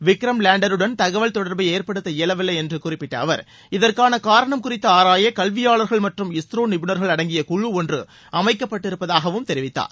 விக்ரம் லேண்டருடன் தகவல் தொடர்பை ஏற்படுத்த இயலவில்லை என்று குறிப்பிட்ட அவர் இதற்கான காரணம் குறித்து ஆராய கல்வியாளர்கள் மற்றும் இஸ்ரோ நிபுனர்கள் அடங்கிய குழ ஒன்று அமைக்கப்பட்டிருப்பதாகவும் தெரிவித்தார்